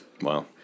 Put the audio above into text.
Wow